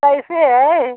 कैसे है